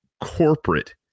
corporate